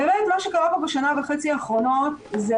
באמת מה שקרה פה בשנה וחצי האחרונות זה